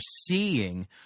seeing